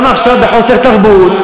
גם עכשיו בחוסר תרבות.